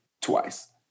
Twice